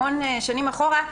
המון שנים אחורה,